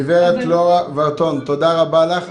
גברת לורה ורטון, תודה רבה לך.